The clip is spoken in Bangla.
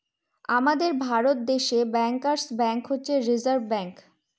আমাদের ভারত দেশে ব্যাঙ্কার্স ব্যাঙ্ক হচ্ছে রিসার্ভ ব্যাঙ্ক